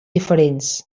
diferents